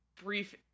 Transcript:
brief